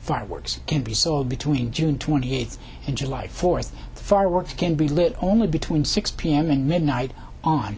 fireworks can be sold between june twenty eighth and july fourth fireworks can be lit only between six p m and midnight on